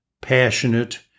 passionate